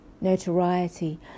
notoriety